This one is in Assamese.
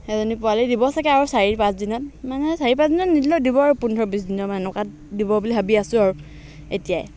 এজনী পোৱালি দিব চাগে আৰু চাৰি পাঁচদিনত মানে চাৰি পাঁচদিনত নিদিলেও দিব আৰু পোন্ধৰ বিছদিনত বা এনেকুৱাত দিব বুলি ভাবি আছোঁ আৰু এতিয়াই